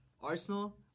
Arsenal